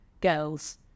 girls